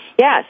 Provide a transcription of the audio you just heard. Yes